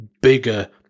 bigger